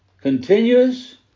continuous